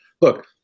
look